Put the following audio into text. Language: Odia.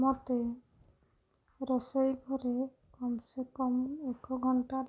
ମୋତେ ରୋଷେଇ ଘରେ କମ୍ ସେ କମ୍ ଏକ ଘଣ୍ଟା ଲାଗେ